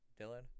Dylan